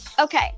Okay